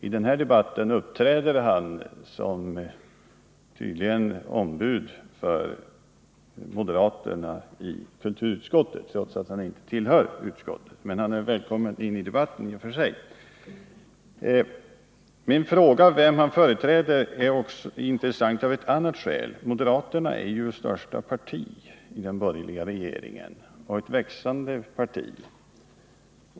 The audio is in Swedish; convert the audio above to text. I den här debatten talar han tydligen som ombud för moderaterna i kulturutskottet trots att han inte tillhör utskottet, men han är i och för sig välkommen in i debatten. Frågan om vem Anders Björck företräder är intressant även av det skälet att moderata samlingspartiet är det största partiet i den borgerliga regeringen och att det är ett växande parti.